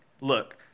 look